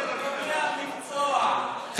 גורמי המקצוע של ראש הממשלה,